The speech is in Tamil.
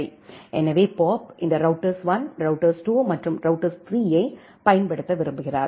எனவே பாப் இந்த ரௌட்டர்ஸ் 1 ரௌட்டர்ஸ் 2 மற்றும் ரௌட்டர்ஸ் 3 ஐப் பயன்படுத்த விரும்புகிறார்